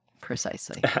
Precisely